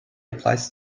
applies